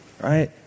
right